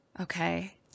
Okay